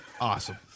awesome